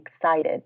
excited